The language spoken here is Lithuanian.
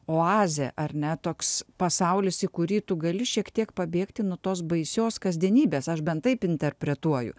oazė ar ne toks pasaulis į kurį tu gali šiek tiek pabėgti nuo tos baisios kasdienybės aš bent taip interpretuoju